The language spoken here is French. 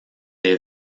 est